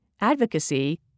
advocacy